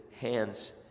hands